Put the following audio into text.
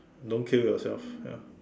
don't kill yourself ya